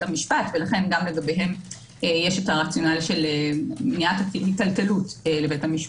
המשפט ולכן גם לגביהם יש הרציונל של מניעת היטלטלות לבית המשפט,